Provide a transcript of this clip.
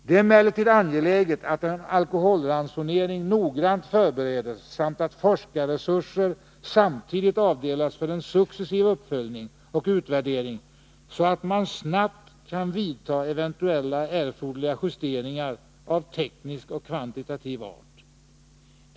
Det är emellertid angeläget att en alkoholransonering noggrant förbereds samt att forskarresurser samtidigt avdelas för en successiv uppföljning och utvärdering så att man snabbt kan vidta eventuella erforderliga justeringar av teknisk och kvantitativ art.